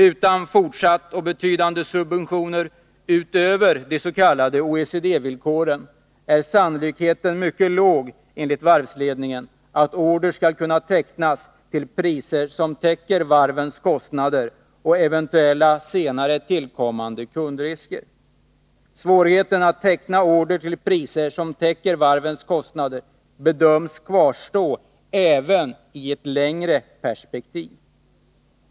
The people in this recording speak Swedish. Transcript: Utan fortsatta och betydande subventioner, utöver de s.k. OECD villkoren, är sannolikheten mycket låg — enligt varvsledningen — att order skall kunna tecknas till priser som täcker varvens kostnader och eventuella senare tillkommande kundrisker. Svårigheten att teckna order till priser som täcker varvens kostnader bedöms kvarstå även i ett längre perspektiv.